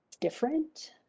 different